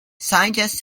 scientists